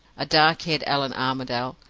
a dark-haired allan armadale,